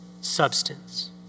substance